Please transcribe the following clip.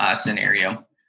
scenario